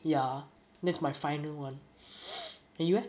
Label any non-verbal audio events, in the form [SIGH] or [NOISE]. ya that's my final [one] [NOISE] then you eh